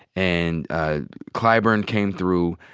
and clyburn came through.